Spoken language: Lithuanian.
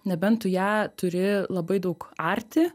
nebent tu ją turi labai daug arti